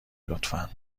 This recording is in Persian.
لطفا